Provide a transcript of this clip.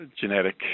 genetic